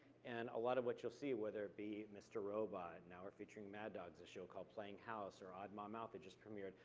and a lot of what you'll see, whether it be mr. robot, now we're featuring mad dogs, a show called playing house, or odd mom out that just premiered,